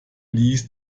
ließ